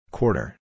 Quarter